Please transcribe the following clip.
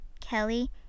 Kelly